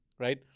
Right